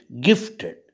gifted